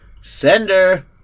Sender